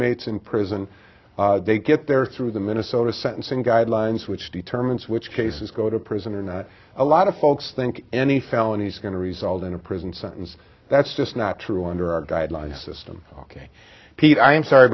mates in prison they get there through the minnesota sentencing guidelines which determines which cases go to prison and a lot of folks think any felonies going to result in a prison sentence that's just not true under our guidelines system ok pete i am sorry